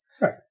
right